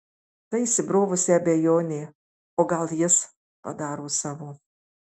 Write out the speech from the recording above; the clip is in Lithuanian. ta įsibrovusi abejonė o gal jis padaro savo